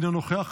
אינו נוכח,